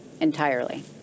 Entirely